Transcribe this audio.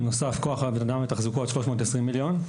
בנוסף, כוח אדם ותחזוקו עד 320 מיליון.